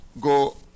go